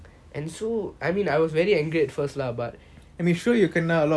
I'm sure you kena a lot of backlash from your family